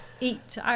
eat